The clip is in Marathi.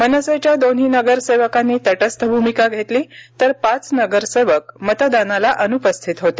मनसेच्या दोन्ही नगरसेवकांनी तटस्थ भूमिका घेतली तर पाच नगरसेवक मतदानाला अनुपस्थित होते